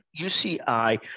UCI